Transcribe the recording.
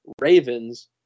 Ravens